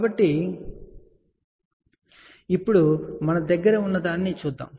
కాబట్టి ఇప్పుడు మన దగ్గర ఉన్నదాన్ని చూద్దాం